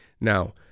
Now